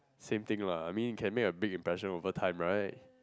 same thing lah I mean you can make a big impression over time right